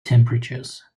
temperatures